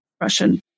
Russian